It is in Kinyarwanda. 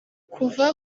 kuva